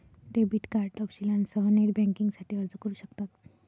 debit card तपशीलांसह net बँकिंगसाठी अर्ज करू शकतात